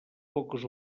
poques